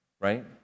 right